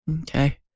Okay